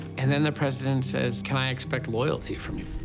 and then the president says, can i expect loyalty from you?